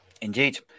Indeed